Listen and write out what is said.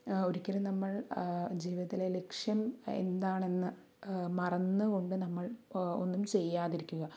ഒരിക്കലും നമ്മൾ ജീവിതത്തിലെ ലക്ഷ്യം എന്താണെന്ന് മറന്നു കൊണ്ട് നമ്മൾ ഒന്നും ചെയ്യാതിരിക്കുക